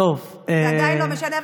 זה עדיין לא משנה.